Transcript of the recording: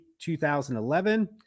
2011